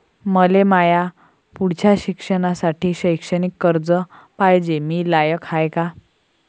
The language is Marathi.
मले माया पुढच्या शिक्षणासाठी शैक्षणिक कर्ज पायजे, मी लायक हाय का?